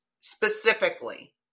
specifically